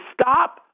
stop